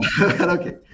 okay